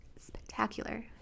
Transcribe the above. spectacular